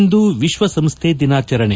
ಇಂದು ವಿಶ್ವಸಂಸ್ಥೆ ದಿನಾಚರಣೆ